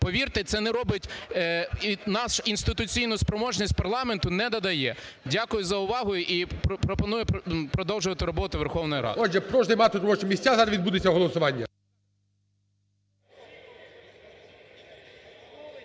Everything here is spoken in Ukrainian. повірте, це не робить нас… інституційну спроможність парламенту недодає. Дякую за увагу. І пропоную продовжувати роботу Верховної Ради. ГОЛОВУЮЧИЙ. Отже, прошу займати робочі місця, зараз відбудеться голосування.